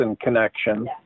connection